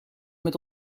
met